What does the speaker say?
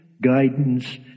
guidance